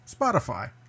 Spotify